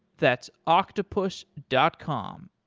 that's octopus dot com,